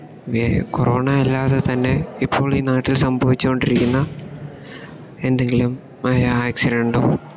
വേ corona അല്ലാതെ തന്നെ ഇപ്പോൾ ഈ നാട്ടിൽ സംഭവിച്ചു കൊണ്ടിരിക്കുന്ന എന്തെങ്കിലും ആയ ആക്സിഡന്റ്റും